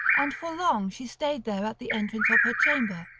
and for long she stayed there at the entrance of her chamber,